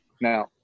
now